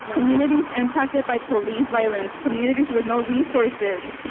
like communities and impacted by police violence, communities with no resources.